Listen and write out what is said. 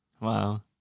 wow